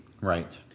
Right